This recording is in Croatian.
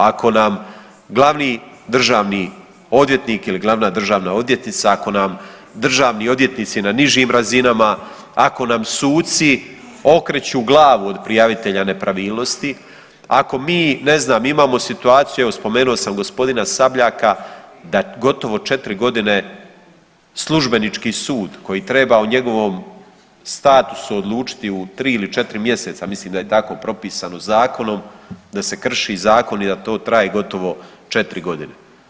Ako nam glavni državni odvjetnik ili glavna državna odvjetnica ako nam državni odvjetnici na nižim razinama, ako nam suci okreću glavu od prijavitelja nepravilnosti, ako mi ne znam imamo situaciju evo spomenuo sam g. Sabljka da gotovo četiri godine službenički sud koji treba o njegovom statusu odlučiti u tri ili četiri mjeseca, mislim da je tako propisano zakonom da se krši zakon i da to traje gotovo četiri godine.